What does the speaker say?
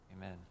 Amen